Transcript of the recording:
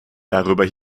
darüber